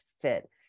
fit